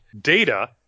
Data